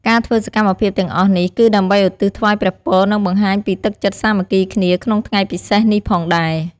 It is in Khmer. ការធ្វើសកម្មភាពទាំងអស់នេះ គឺដើម្បីឧទ្ទិសថ្វាយព្រះពរ និងបង្ហាញពីទឹកចិត្តសាមគ្គីគ្នាក្នុងថ្ងៃពិសេសនេះផងដែរ។